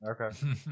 Okay